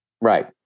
Right